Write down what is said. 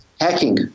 Hacking